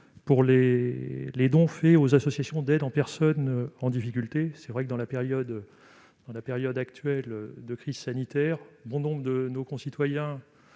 pour les dons faits aux associations d'aide aux personnes en difficulté. Dans la période actuelle de crise sanitaire, bon nombre de nos concitoyens